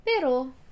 Pero